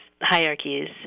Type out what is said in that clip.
hierarchies